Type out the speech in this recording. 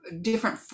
different